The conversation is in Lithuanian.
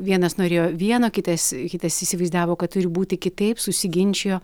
vienas norėjo vieno kitas kitas įsivaizdavo kad turi būti kitaip susiginčijo